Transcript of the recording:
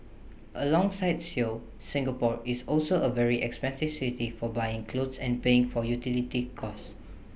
alongside Seoul Singapore is also A very expensive city for buying clothes and paying for utility costs